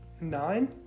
nine